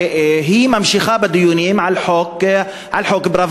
ממשיכה בדיונים על חוק פראוור-בגין,